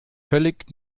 völlig